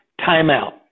Timeout